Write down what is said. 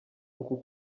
uku